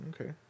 Okay